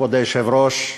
כבוד היושב-ראש,